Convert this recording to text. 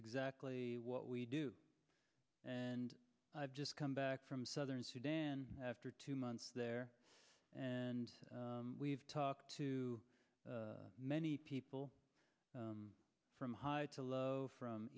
exactly what we do and i've just come back from southern sudan after two months there and we've talked to many people from high to low from